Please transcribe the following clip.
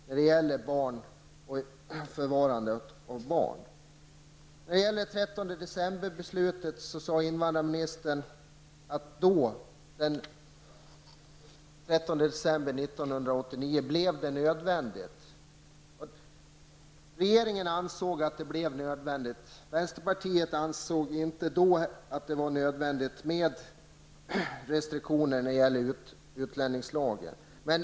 blev det nödvändigt att fatta beslut om restriktioner i utlänningslagen. Regeringen ansåg då att beslutet var nödvändigt, men vänsterpartiet delade inte denna uppfattning.